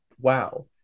wow